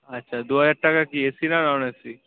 আচ্ছা দু হাজার টাকা কি এসি না নন এসি